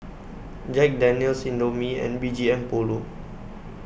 Jack Daniel's Indomie and B G M Polo